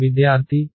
విద్యార్థి E